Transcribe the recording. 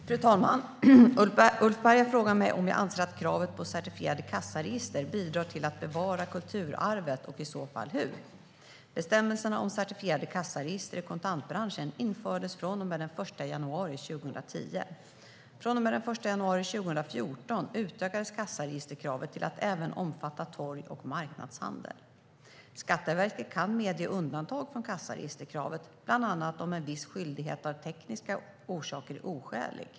Fru talman! Ulf Berg har frågat mig om jag anser att kravet på certifierade kassaregister bidrar till bevara kulturarvet och i så fall hur. Bestämmelserna om certifierade kassaregister i kontantbranschen infördes från och med den 1 januari 2010. Från och med den 1 januari 2014 utökades kassaregisterkravet till att även omfatta torg och marknadshandel. Skatteverket kan medge undantag från kassaregisterkravet bland annat om en viss skyldighet av tekniska orsaker är oskälig.